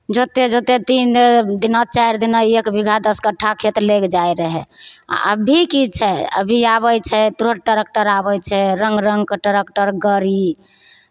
जोते जोते तीन दिना चारि दिना एक बीघा दस कट्ठा खेत लागि जाइत रहय आ अभी की छै अभी आबै छै तुरन्त ट्रैक्टर आबै छै रङ्ग रङ्गके ट्रैक्टर गाड़ी